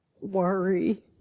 worry